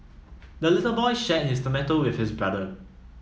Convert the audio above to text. the little boy shared his tomato with his brother